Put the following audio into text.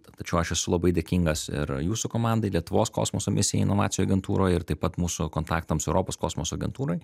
tačiau aš esu labai dėkingas ir jūsų komandai lietuvos kosmoso misijai inovacijų agentūroj ir taip pat mūsų kontaktams europos kosmoso agentūrai